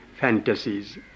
fantasies